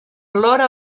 plora